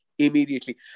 Immediately